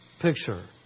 picture